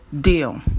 deal